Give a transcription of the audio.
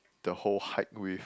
the whole hike with